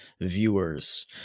viewers